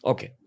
Okay